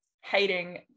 hating